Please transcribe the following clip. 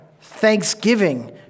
thanksgiving